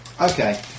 Okay